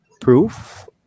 proof